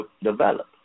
develop